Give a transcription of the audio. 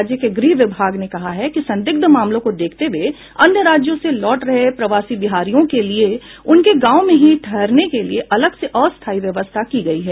राज्य के गृह विभाग ने कहा है कि संदिग्ध मामलों को देखते हुए अन्य राज्यों से लौट रहे प्रवासी बिहारियों के लिये उनके गांव में ही ठहरने के लिये अलग से अस्थायी व्यवस्था की गयी है